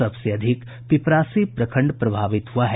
सबसे अधिक पिपरासी प्रखंड प्रभावित हुआ है